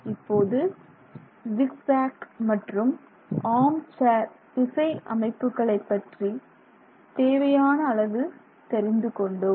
இப்போது jig jack மற்றும் arm chair திசை அமைப்புகளை பற்றி தேவையான அளவு தெரிந்துகொண்டோம்